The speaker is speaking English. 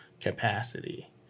capacity